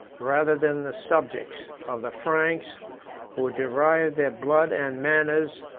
rather than the subjects, of the franks who derived their blood, and manners,